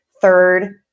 third